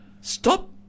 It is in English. Stop